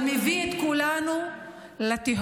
הוא מביא את כולנו לתהום.